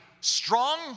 strong